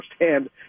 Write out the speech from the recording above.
firsthand